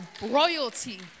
royalty